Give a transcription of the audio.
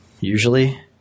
usually